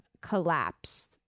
collapse